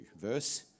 verse